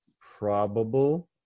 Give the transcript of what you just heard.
probable